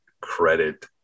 credit